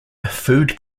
food